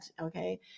Okay